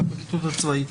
מהפרקליטות הצבאית.